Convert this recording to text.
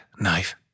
knife